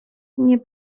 nie